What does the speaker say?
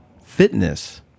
fitness